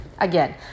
again